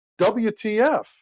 WTF